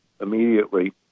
immediately